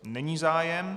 Není zájem.